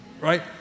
right